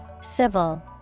civil